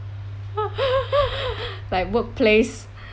like workplace